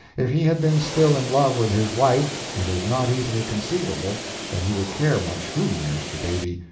if he had been still in love with his wife it is not easily conceivable that he would care much who nursed the baby,